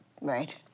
Right